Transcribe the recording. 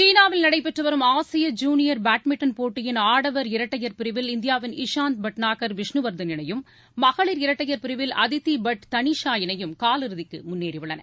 சீனாவில் நடைபெற்று வரும் ஆசிய ஜுளியர் பேட்மிண்டன் போட்டியின் ஆடவர் இரட்டையர் பிரிவில் இந்தியாவின் இசாந்த் பட்னாகர் விஷ்ணுவர்தன் இணையும் மகளிர் இரட்டையர் பிரிவில் அதிதி பட் தனிஷா இணையும் காலிறுதிக்கு முன்னேறி உள்ளன